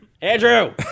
Andrew